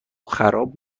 خراب